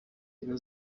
reba